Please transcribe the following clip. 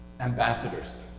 ambassadors